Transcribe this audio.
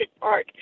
Park